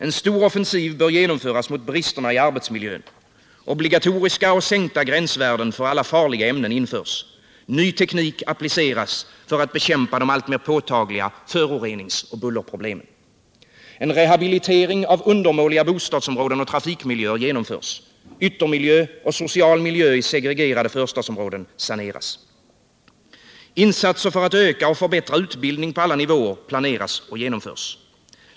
En stor offensiv genomförs mot bristerna i arbetsmiljön. Obligatoriska och sänkta gränsvärden för alla farliga ämnen införs. Ny teknik appliceras för att bekämpa de alltmer påtagliga föroreningsoch bullerproblemen. En rehabilitering av undermåliga bostadsområden och trafikmiljöer genomförs. Yttermiljö och social miljö i segregerade förstadsområden saneras. Insatser för att öka och förbättra utbildning på alla nivåer planeras och genomförs.